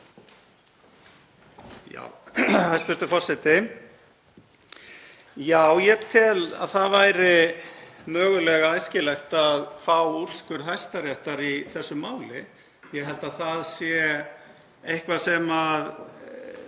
Hæstv. forseti. Já, ég tel að það væri mögulega æskilegt að fá úrskurð Hæstaréttar í þessu máli. Ég held að það sé eitthvað sem